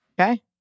okay